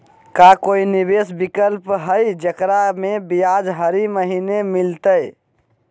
का कोई निवेस विकल्प हई, जेकरा में ब्याज हरी महीने मिलतई?